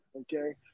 Okay